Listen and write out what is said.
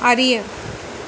அறிய